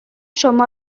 شما